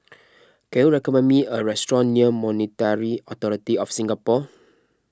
can you recommend me a restaurant near Monetary Authority of Singapore